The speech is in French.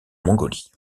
mongolie